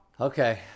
Okay